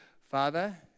Father